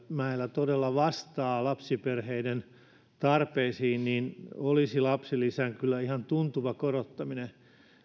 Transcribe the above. todella vastaa lapsiperheiden tarpeisiin olisi kyllä lapsilisän ihan tuntuva korottaminen